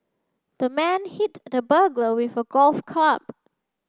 the man hit the burglar with a golf club